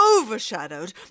overshadowed